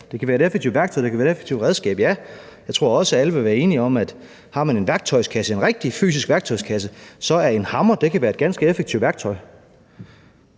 Det kan være et effektivt værktøj, det kan være et effektivt redskab – ja. Jeg tror også, at alle vil være enige i, at har man en værktøjskasse, en rigtig fysisk værktøjskasse, så kan en hammer være et ganske effektivt værktøj.